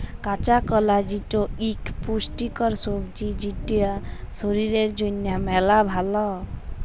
কাঁচা কলা যেটি ইক পুষ্টিকর সবজি যেটা শরীর জনহে মেলা ভাল